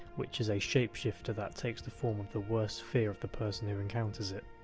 which is a shapeshifter that takes the form of the worst fear of the person who encounters it.